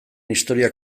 historia